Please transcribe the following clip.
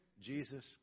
Jesus